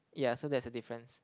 yeah so there's a difference